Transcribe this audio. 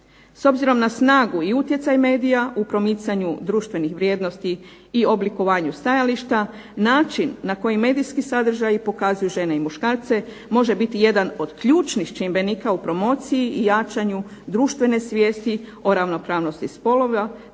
S obzirom na snagu i utjecaj medija u promicanju društvenih vrijednosti i oblikovanju stajališta, način na koji medijski sadržaji pokazuju žene i muškarce može biti jedan od ključnih čimbenika u promociji i jačanju društvene svijesti o ravnopravnosti spolova,